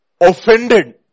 offended